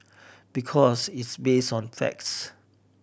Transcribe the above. because it's based on the facts